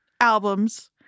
album's